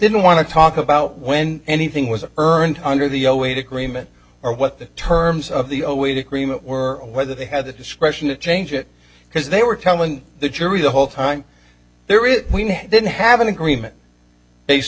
didn't want to talk about when anything was earned under the zero eight agreement or what the terms of the oh wait agreement were or whether they had the discretion to change it because they were telling the jury the whole time there is we didn't have an agreement based